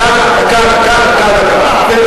דקה, דקה.